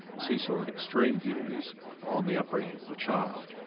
as he saw it, extreme views on the upbringing of the child.